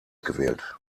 gewählt